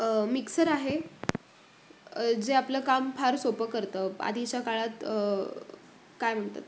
mixer आहे जे आपलं काम फार सोपं करतं आधीच्या काळात काय म्हणतात